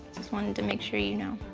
just wanted to make sure you know.